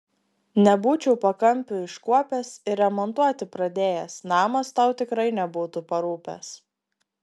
nebūčiau pakampių iškuopęs ir remontuoti pradėjęs namas tau tikrai nebūtų parūpęs